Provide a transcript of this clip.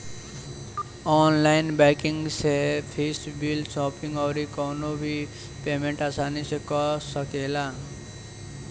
online banking से fees, bill, shopping अउरी कवनो भी पेमेंट आसानी से कअ सकेला